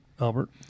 Albert